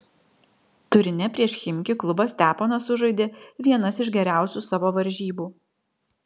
turine prieš chimki klubą steponas sužaidė vienas iš geriausių savo varžybų